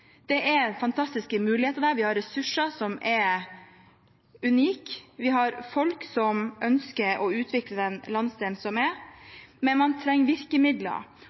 fantastiske muligheter der. Vi har unike ressurser, og vi har folk som ønsker å utvikle landsdelen, men man trenger virkemidler.